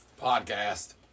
Podcast